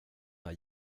här